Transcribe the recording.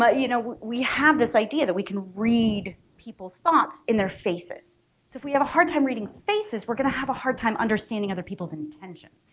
but you know we have this idea that we can read people's thoughts in their faces. so if we have a hard time reading faces we're gonna have a hard time understanding other people's intentions.